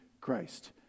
Christ